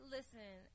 Listen